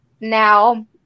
now